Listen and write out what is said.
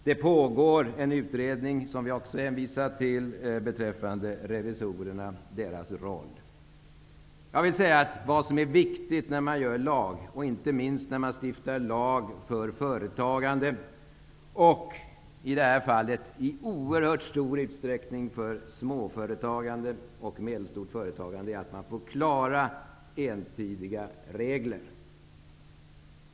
Det pågår en utredning, som vi också hänvisar till, beträffande revisorernas roll. Vad som är viktigt när man stiftar lagar, inte minst lagar för företagande och, som i det här fallet, lagar för småföretagande och medelstort företagande, är att man åstadkommer klara och entydiga regler.